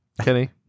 Kenny